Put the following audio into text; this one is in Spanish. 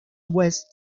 west